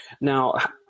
Now